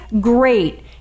great